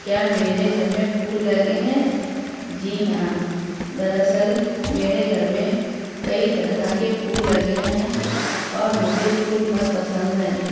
کیا میرے گھر میں پھول لگے ہیں جی ہاں در اصل میرے گھر میں کئی طرح کے پھول لگے ہیں اور مجھے پھول بہت پسند ہیں